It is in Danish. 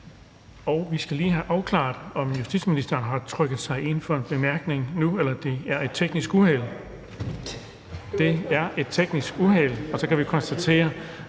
vi skal lige have afklaret, om justitsministeren har trykket sig ind for en bemærkning nu, eller om det er et teknisk uheld. Det er et teknisk uheld, og så kan vi konstatere,